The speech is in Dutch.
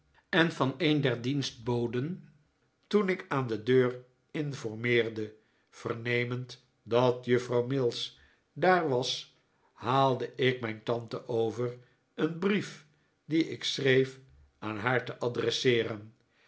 en van een der dienstboden toen ik aan de deur informeerde vernemend dat juffrouw mills daar was haalde ik mijn tante over een brief dien ik schreef aan haar te adresseeren